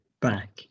back